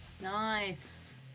Nice